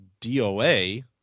DOA